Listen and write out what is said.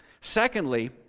secondly